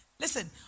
Listen